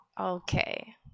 Okay